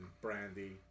Brandy